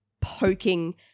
poking